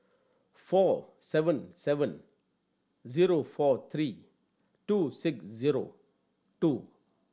four seven seven zero four three two six zero two